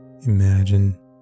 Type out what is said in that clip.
Imagine